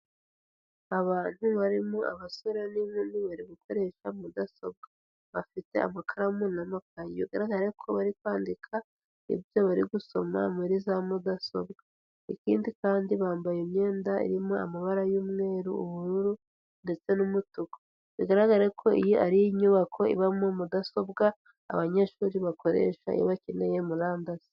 Abantu barimo abasore n'inkumi bari gukoresha mudasobwa, bafite amakaramu n'amakayi bigaragare ko bari kwandika ibyo bari gusoma muri za mudasobwa, ikindi kandi bambaye imyenda irimo amabara y'umweru, ubururu, ndetse n'umutuku, bigaragare ko iyi ari inyubako ibamo mudasobwa, abanyeshuri bakoresha iyo bakeneye murandasi.